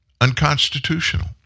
Unconstitutional